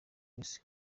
wese